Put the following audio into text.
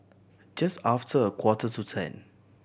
just after a quarter to ten